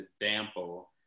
example